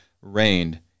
reigned